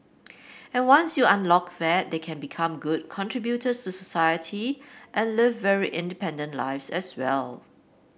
and once you unlock that they can become good contributors to society and live very independent lives as well